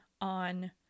on